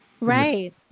Right